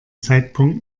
zeitpunkt